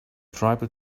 tribal